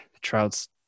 trout's